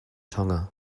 tonga